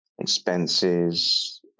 expenses